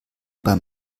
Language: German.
bei